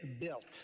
built